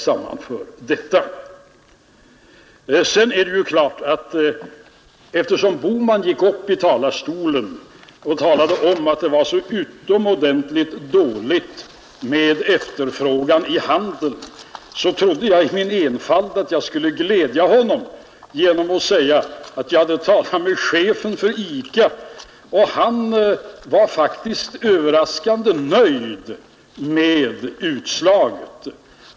Eftersom herr Bohman gick upp i talarstolen och talade om att efterfrågan i handeln var utomordentligt dålig trodde jag i min enfald att jag skulle glädja honom genom att säga att jag hade talat med chefen för ICA, som faktiskt var överraskande nöjd med utslaget.